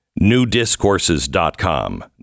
Newdiscourses.com